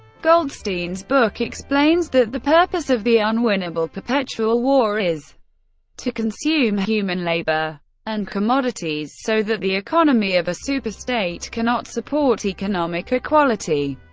goldstein's book explains that the purpose of the unwinnable, perpetual war is to consume human labour and commodities so that the economy of a superstate cannot support economic equality,